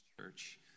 church